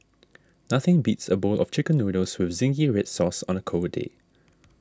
nothing beats a bowl of Chicken Noodles with Zingy Red Sauce on a cold day